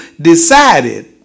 decided